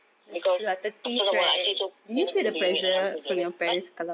because uh first of all I see many people doing it and I'm so jealous [what]